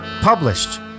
published